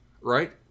right